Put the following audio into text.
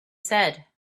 said